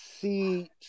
see